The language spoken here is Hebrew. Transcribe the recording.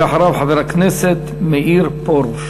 ולאחריו, חבר הכנסת מאיר פרוש.